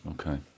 Okay